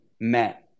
met